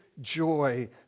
joy